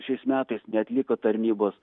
šiais metais neatliko tarnybos